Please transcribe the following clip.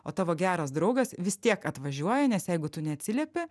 o tavo geras draugas vis tiek atvažiuoja nes jeigu tu neatsiliepi